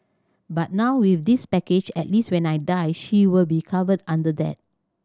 but now with this package at least when I die she will be covered under that